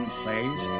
plays